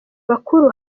bakuru